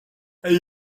elle